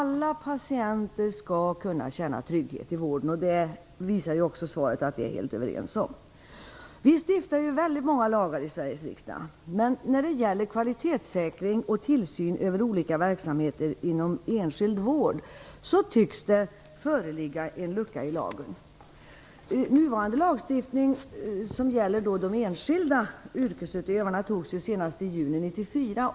Alla patienter skall kunna känna trygghet i vården. Svaret visar också att vi är helt överens om det. Vi stiftar många lagar i Sveriges riksdag, men när det gäller kvalitetssäkring och tillsyn över olika verksamheter inom enskild vård tycks det föreligga en lucka i lagen. Nuvarande lagstiftning, som gäller de enskilda yrkesutövarna, antogs i juni 1994.